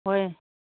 ꯍꯣꯏ